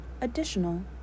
Additional